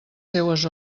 seues